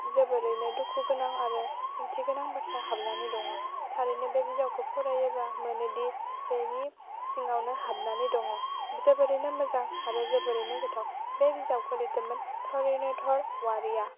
जोबोरैनो दुखु गोनां आरो ओंथि गोनां बाथ्रा हाबनानै दङ थारैनो बे बिजाबखौ फरायोबा मोनोदि बेनि सिङावनो हाबनानै दङ जोबोरैनो मोजां आरो जोबोरैनो गोथाव बे बिजाबखौ लिरदोंमोन धर'निधर औवारिआ